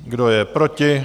Kdo je proti?